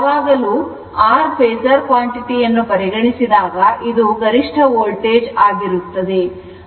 ಯಾವಾಗಲೂ r phasor ಪ್ರಮಾಣವನ್ನು ಪರಿಗಣಿಸಿದಾಗ ಇದು ಗರಿಷ್ಠ ವೋಲ್ಟೇಜ್ ಆಗಿರುತ್ತದೆ